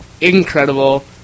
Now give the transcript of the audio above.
incredible